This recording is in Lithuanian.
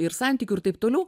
ir santykių ir taip toliau